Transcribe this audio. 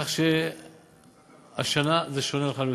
כך שהשנה זה שונה לחלוטין,